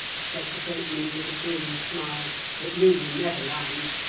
said the boatman, with a grim smile but you will never land.